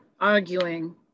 arguing